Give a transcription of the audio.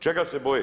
Čega se boje?